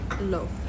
love